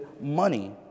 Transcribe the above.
money